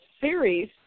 series